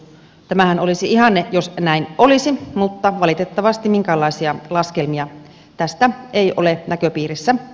tämähän olisi ihanne jos näin olisi mutta valitettavasti minkäänlaisia laskelmia tästä ei ole näköpiirissä